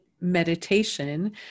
meditation